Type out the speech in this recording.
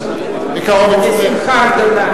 בשמחה גדולה.